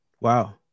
Wow